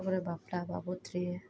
ᱛᱟ ᱯᱚᱨᱮ ᱵᱟᱯᱞᱟ ᱵᱟᱵᱚᱛ ᱨᱮ